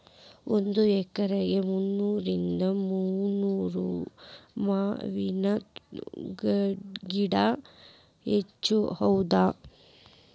ಒಂದ ಎಕರೆಕ ಮುನ್ನೂರಿಂದ ಮೂರುವರಿನೂರ ಮಾವಿನ ಗಿಡಾ ಹಚ್ಚಬೌದ